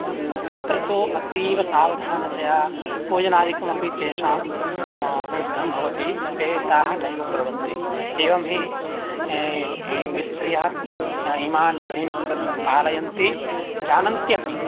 तत्र तु अतीव सावधानतया पूजनादिकमपि तेषां विरुद्धं भवति ते ताः नैव कुर्वन्ति एवं हि स्त्रियः इमान् विधीन् तन् पालयन्ति जानन्त्यपि